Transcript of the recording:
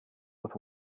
with